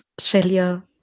Shelia